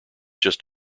just